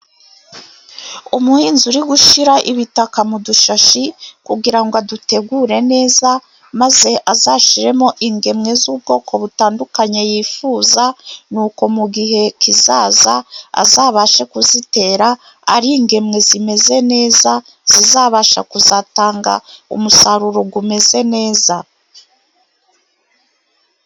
Umuhinzi uri gushyira ibitaka mu dushashi, kugira ngo adutegure neza, maze azashyiremo ingemwe z'ubwoko butandukanye yifuza, n'uko mu gihe kizaza azabashe kuzitera ari ingemwe zimeze neza, zizabasha kuzatanga umusaruro umeze neza.